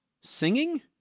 singing